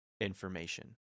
information